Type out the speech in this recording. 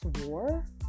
war